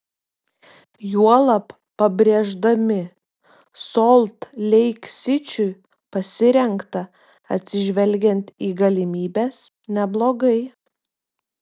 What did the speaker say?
juolab pabrėždami solt leik sičiui pasirengta atsižvelgiant į galimybes neblogai